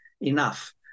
enough